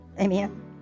Amen